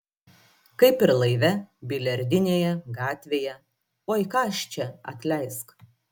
kaip ir laive biliardinėje gatvėje oi ką aš čia atleisk